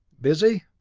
busy?